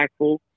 impactful